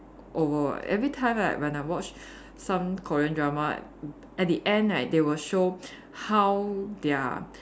over what every time right when I watch some Korean drama at the end right they will show how their